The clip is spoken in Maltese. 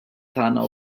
tagħna